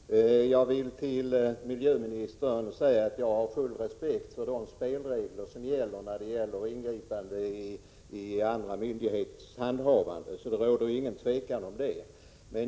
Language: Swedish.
Fru talman! Jag vill till miljöministern säga att jag har full respekt för de spelregler som gäller beträffande ingripande i andra myndigheters handhavande av olika ärenden — det råder inget tvivel om det.